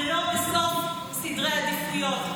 ולא בסוף סדר העדיפויות.